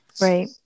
right